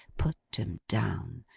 put em down,